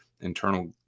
internal